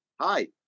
Hi